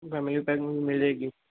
family pack मिलेगी